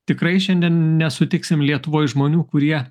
tikrai šiandien nesutiksim lietuvoj žmonių kurie